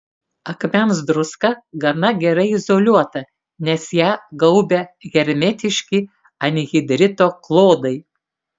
akmens druska gana gerai izoliuota nes ją gaubia hermetiški anhidrito klodai